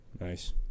Nice